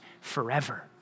forever